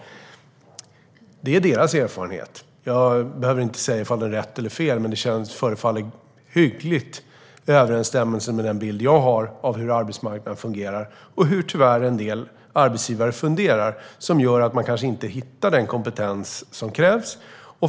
Det är Lernias erfarenhet. Jag behöver inte säga om det är rätt eller fel, men det förefaller vara hyggligt i överensstämmelse med den bild jag har av hur arbetsmarknaden fungerar och hur en del arbetsgivare tyvärr funderar, vilket gör att de kanske inte hittar den kompetens som krävs.